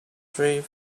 three